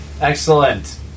Excellent